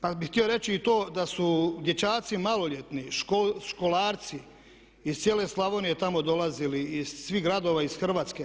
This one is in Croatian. Pa bih htio reći i to da su dječaci maloljetni, školarci iz cijele Slavonije tamo dolazili iz svih gradova iz Hrvatske.